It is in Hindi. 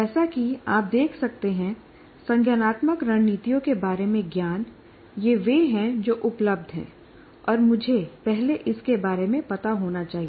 जैसा कि आप देख सकते हैं संज्ञानात्मक रणनीतियों के बारे में ज्ञान ये वे हैं जो उपलब्ध हैं और मुझे पहले इसके बारे में पता होना चाहिए